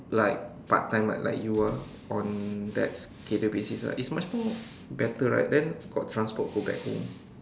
like part time right like you ah on that schedule basis right it's much more better right then got transport go back home